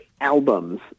albums